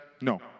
No